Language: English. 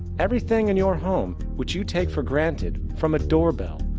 everything in your home, which you take for granted, from a doorbell,